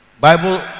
Bible